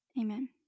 amen